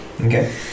Okay